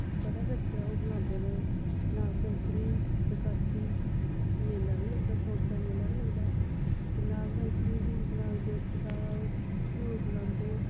बड़ा गै अच्छा ओह् बनांदे न नागपंचमी बसाखी मेला बी लगदा स्वांक्खै मेला बी लगदा ते नागपंचमीं गी नाग देवते दा ओह् कियूर बनांदे